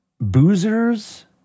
Boozers